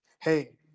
hey